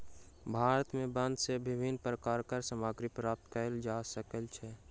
भारत में वन सॅ विभिन्न प्रकारक सामग्री प्राप्त कयल जा सकै छै